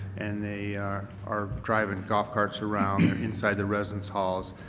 and they are driving golf carts around inside the residence halls.